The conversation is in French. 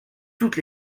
toutes